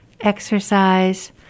exercise